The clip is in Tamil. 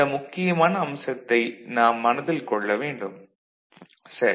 இந்த முக்கியமான அம்சத்தை நாம் மனதில் கொள்ள வேண்டும் சரி